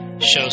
shows